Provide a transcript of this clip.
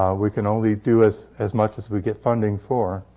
um we can only do as as much as we get funding for.